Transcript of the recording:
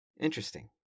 Interesting